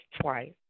twice